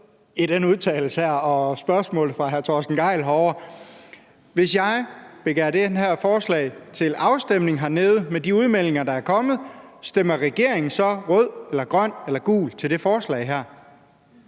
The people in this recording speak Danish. i den udtalelse her og spørgsmålet fra hr. Torsten Gejl herovre. Hvis jeg begærer det her forslag til afstemning hernede med de udmeldinger, der er kommet, stemmer regeringen så rødt, grønt eller gult til det forslag her?